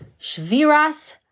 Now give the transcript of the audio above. Shviras